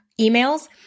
emails